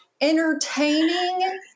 entertaining